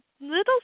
little